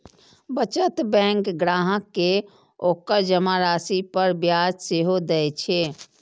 बचत बैंक ग्राहक कें ओकर जमा राशि पर ब्याज सेहो दए छै